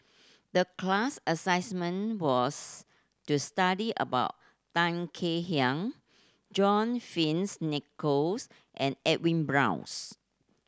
the class assignment was to study about Tan Kek Hiang John Fearns Nicoll's and Edwin Brown's